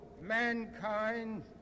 mankind